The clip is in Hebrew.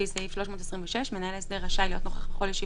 אומר שהוא פועל מטעם בית המשפט כדי להבטיח את הניהול